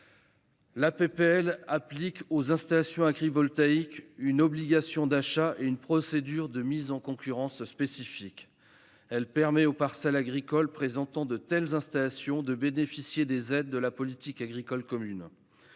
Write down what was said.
ensuite pour les installations agrivoltaïques une obligation d'achat et une procédure de mise en concurrence spécifique. Elle permet aux parcelles agricoles présentant de telles installations de bénéficier des aides de la politique agricole commune